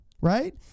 right